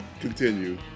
continue